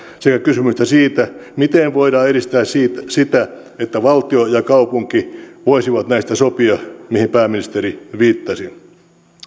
sekä kysymystä siitä miten voidaan edistää sitä että valtio ja kaupunki voisivat näistä sopia mihin pääministeri viittasi